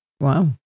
Wow